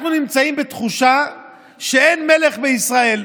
אנחנו נמצאים בתחושה שאין מלך בישראל.